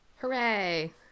Hooray